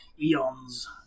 eons